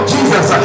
Jesus